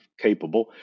capable